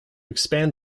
expand